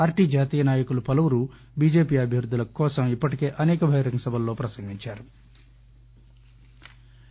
పార్లీ జాతీయ నాయకులు పలువురు బీజేపీ అభ్యర్థుల కోసం ఇప్పటికే అసేక బహిరంగ సభల్లో ప్రసంగించారు